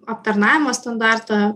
aptarnavimo standartą